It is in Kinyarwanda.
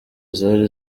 zari